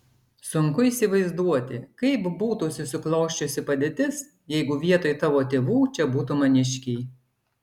sunku įsivaizduoti kaip būtų susiklosčiusi padėtis jeigu vietoj tavo tėvų čia būtų maniškiai